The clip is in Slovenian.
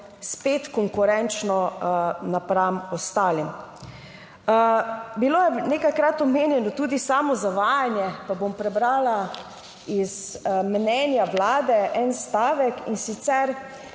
spet konkurenčno napram ostalim. Bilo je nekajkrat omenjeno tudi samo zavajanje, pa bom prebrala iz mnenja Vlade en stavek in sicer